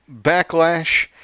backlash